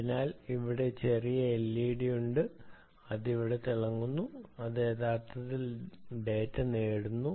അതിനാൽ അവിടെ ഒരു ചെറിയ എൽഇഡി ഉണ്ട് അത് ഇവിടെ കത്തുന്നു